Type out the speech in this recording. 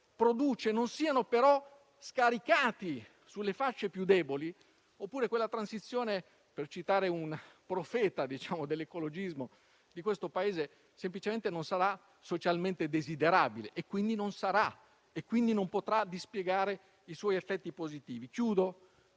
produce non siano scaricati sulle fasce più deboli, oppure quella transizione - per citare un profeta dell'ecologismo di questo Paese - semplicemente non sarà socialmente desiderabile, e quindi non sarà e non potrà dispiegare i suoi effetti positivi. Termino